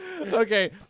Okay